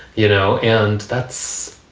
you know, and that's.